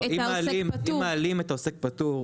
אם מעלים את העוסק הפטור,